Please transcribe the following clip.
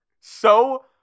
So-